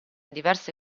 diverse